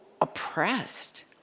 oppressed